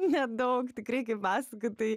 nedaug tikrai kaip pasakotojai